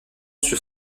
sur